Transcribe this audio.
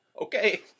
Okay